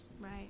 Right